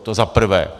To zaprvé.